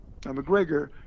McGregor